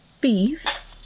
Beef